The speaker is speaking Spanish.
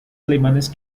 alemanes